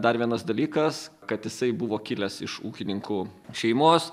dar vienas dalykas kad jisai buvo kilęs iš ūkininkų šeimos